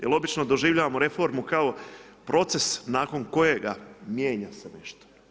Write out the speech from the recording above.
Jer obično doživljavamo reformu kao proces nakon kojega mijenja se nešto.